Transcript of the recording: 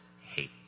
hate